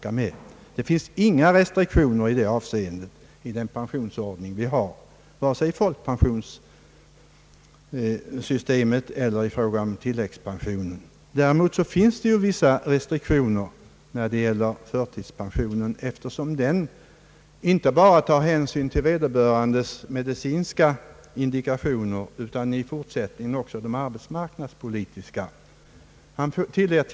I det avseendet finns inga restriktioner i den pensionsordning vi har, varken i folkpensionssystemet eller i fråga om tilläggspensionen. Däremot finns det vissa restriktioner när det gäller förtidspensionen, eftersom den inte bara tar hänsyn till vederbörandes medicinska indikationer utan i fortsättningen också det arbetsmarknadspolitiska läget.